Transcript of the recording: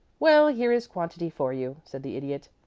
well, here is quantity for you, said the idiot.